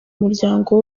muryango